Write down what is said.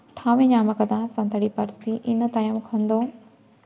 ᱴᱷᱟᱶᱮ ᱧᱟᱢ ᱟᱠᱟᱫᱟ ᱥᱟᱱᱛᱟᱲᱤ ᱯᱟᱹᱨᱥᱤ ᱤᱱᱟᱹ ᱛᱟᱭᱚᱢ ᱠᱷᱚᱱ ᱫᱚ